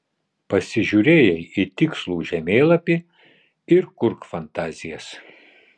pasižiūrėjai į tikslų žemėlapį ir kurk fantazijas